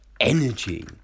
energy